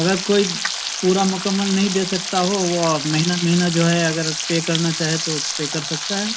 اگر کوئی پورا مکمل نہیں دے سکتا ہو وہ مہینہ مہینہ جو ہے اگر پے کرنا چاہے تو پے کر سکتا ہے